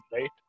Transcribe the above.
right